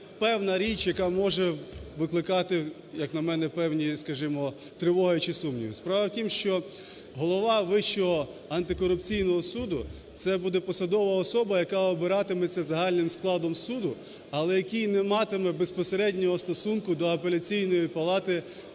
певна річ, яка може викликати, як на мене, певні, скажімо, тривоги чи сумніви. Справа в тім, що Голова Вищого антикорупційного суду - це буде посадова особа, яка обиратиметься загальним складом суду, але який не матиме безпосереднього стосунку до Апеляційної палати